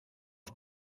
auf